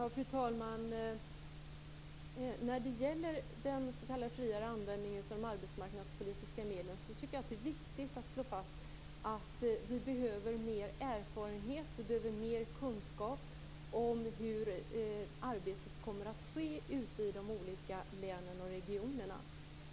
Fru talman! När det gäller den s.k. friare användningen av de arbetsmarknadspolitiska medlen tycker jag att det är viktigt att slå fast att vi behöver mer erfarenhet och kunskap om hur arbetet kommer att ske ute i de olika länen och regionerna.